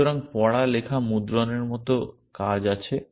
সুতরাং পড়া লেখা মুদ্রণ এর মত কর্ম আছে